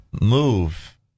move